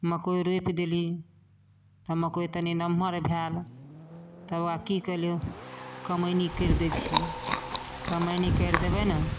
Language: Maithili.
मकइ रोपि देलहुँ तऽ मकइ तनि नमहर भेल तब ओकरा कि केलिऔ कमैनी करि दै छिए कमैनी करि देबै ने